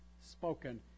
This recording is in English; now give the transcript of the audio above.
spoken